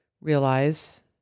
realize